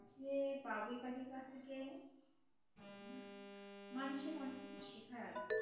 যে বাবুই পাখির কাছ থেকে মানুষের অনেক কিছু শেখার আছে